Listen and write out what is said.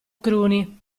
cruni